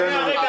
תשאל אותם.